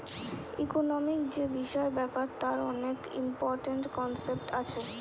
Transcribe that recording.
economic যে বিষয় ব্যাপার তার অনেক ইম্পরট্যান্ট কনসেপ্ট আছে